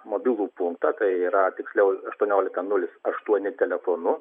mobilų punktą tai yra tiksliau aštuoniolika nulis aštuoni telefonu